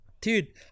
Dude